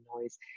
noise